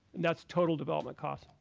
that's total development cost.